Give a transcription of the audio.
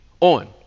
on